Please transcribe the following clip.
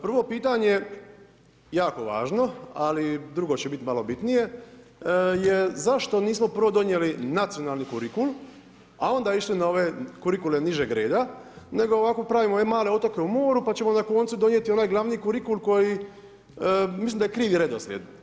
Prvo pitanje je jako važno, ali drugo će biti malo bitnije je zašto nismo prvo donije nacionalni kurikul, a onda išli na ove kurikule nižeg reda, nego ovako pravimo male otoke u moru, pa ćemo na koncu donijeti onaj glavni kurikul koji, mislim da je krivi redoslijed.